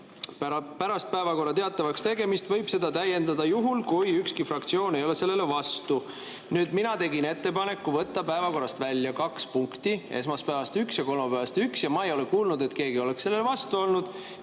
pärast päevakorra teatavaks tegemist võib seda täiendada juhul, kui ükski fraktsioon ei ole sellele vastu. Mina tegin ettepaneku võtta päevakorrast välja kaks punkti: esmaspäevast üks ja kolmapäevast üks. Ma ei ole kuulnud, et keegi oleks sellele vastu olnud.